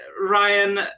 Ryan